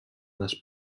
les